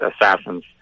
assassins